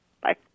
Bye